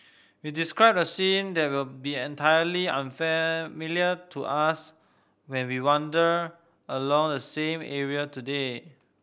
he described a scene that will be entirely unfamiliar to us when we wander along the same area today